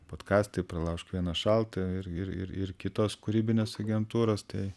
podkastai pralaužk vieną šaltą ir ir ir ir kitos kūrybinės agentūros tai